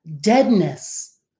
deadness